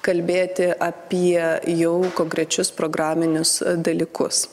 kalbėti apie jau konkrečius programinius dalykus